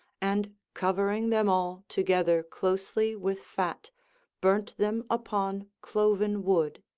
and covering them all together closely with fat burnt them upon cloven wood.